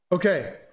Okay